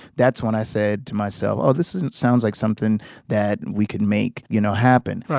that's when i said to myself oh this is it sounds like something that we could make you know happen.